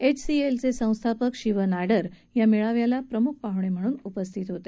एचसीएलचे संस्थापक शिव नाडर या मेळाव्याला प्रम्ख पाहणे म्हणून उपस्थित होते